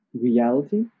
reality